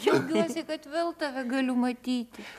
džiaugiuosi kad vėl tave galiu matyti